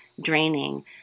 draining